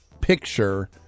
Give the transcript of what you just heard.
picture